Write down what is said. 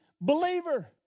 believer